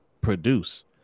produce